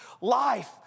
life